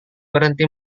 berhenti